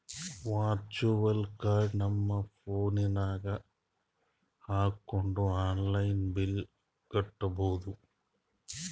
virtual card ನಮ್ phone ನಾಗ್ ಹಾಕೊಂಡ್ ಆನ್ಲೈನ್ ಬಿಲ್ ಕಟ್ಟಬೋದು